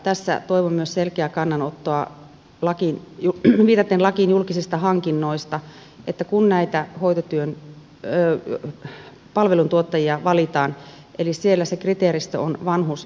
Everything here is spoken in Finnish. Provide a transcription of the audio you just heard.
tässä toivon myös selkeää kannanottoa viitaten lakiin julkisista hankinnoista että kun näitä hoitotyön palveluntuottajia valitaan se kriteeristö on vanhuslähtökohtainen